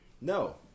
No